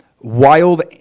wild